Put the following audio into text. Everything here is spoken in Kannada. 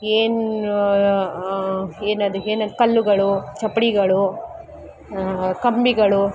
ಏನ್ ಏನದು ಏನ್ ಕಲ್ಲುಗಳು ಚಪ್ಪಡಿಗಳು ಕಂಬಿಗಳು